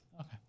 Okay